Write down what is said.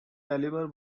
caliber